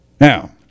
Now